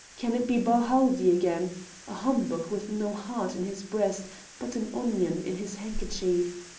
can it be balhaldie again a humbug with no heart in his breast but an onion in his handkerchief?